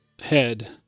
head